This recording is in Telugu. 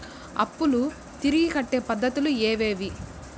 అప్పులు తిరిగి కట్టే పద్ధతులు ఏవేవి